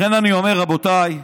לכן אני אומר, רבותיי,